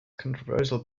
controversial